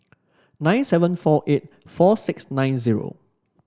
nine seven four eight four six nine zero